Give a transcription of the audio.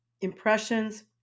impressions